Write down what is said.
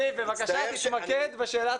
חה"כ כסיף, בבקשה תתמקד בשאלת